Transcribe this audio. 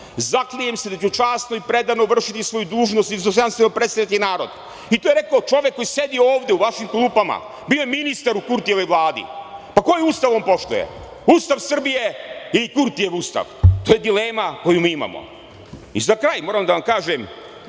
zaklinjem se da ću časno i predano vršiti svoju dužnost i dostojanstveno predstavljati narod. I to je rekao čovek koji sedi ovde u vašim klupama, bio je ministar u Kurtijevoj Vladi. Koji ustav on poštuje? Ustav Srbije ili Kurtijev ustav? To je dilema koju mi imamo.Za kraj, moram da vam kažem